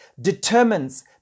determines